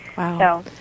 Wow